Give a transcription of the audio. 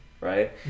right